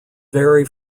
vary